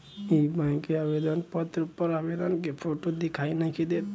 इ बैक के आवेदन पत्र पर आवेदक के फोटो दिखाई नइखे देत